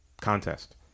contest